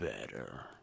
better